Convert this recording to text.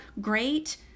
great